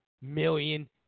million